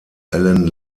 allen